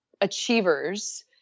achievers